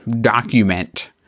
document